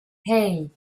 hey